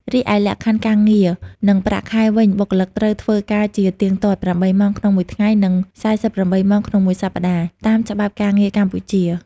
រីឯលក្ខខណ្ឌការងារ និងប្រាក់ខែវិញបុគ្គលិកត្រូវធ្វើការជាទៀងទាត់ ៨ម៉ោង ក្នុងមួយថ្ងៃ និង ៤៨ម៉ោង ក្នុងមួយសប្តាហ៍ តាមច្បាប់ការងារកម្ពុជា។